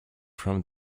from